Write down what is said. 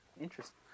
interesting